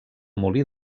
molí